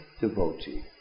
devotee